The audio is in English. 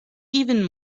even